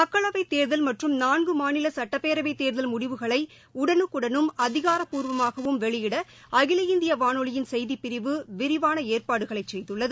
மக்களவைத்தேர்தல் மற்றும் நான்குமாநிலசுட்டப்பேரவைத் தேர்தல் முடிவுகளைஉடனுக்குடனும் அதிகாரப்பூர்வமாகவும் வெளியிடஅகில இந்தியவானொலியின் செய்திப் பிரிவு விரிவானஏற்பாடுகளைசெய்துள்ளது